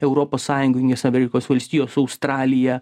europos sąjunga juinės amerikos valstijos australija